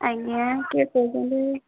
ଆଜ୍ଞା କିଏ କହୁଛନ୍ତି